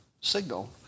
signal